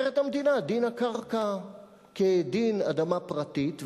אומרת המדינה: דין הקרקע כדין אדמה פרטית,